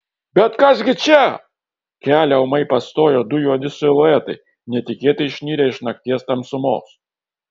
bet kas gi čia kelią ūmai pastojo du juodi siluetai netikėtai išnirę iš nakties tamsumos